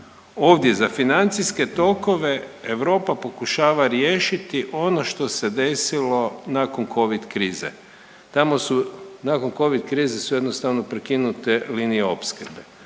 ovdje za financijske tokove Europa pokušava riješiti ono što se desilo nakon covid krize. Tamo su nakon covid krize su jednostavno prekinute linije opskrbe.